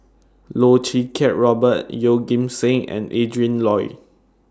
Loh Choo Kiat Robert Yeoh Ghim Seng and Adrin Loi